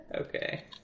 Okay